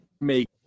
make